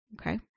Okay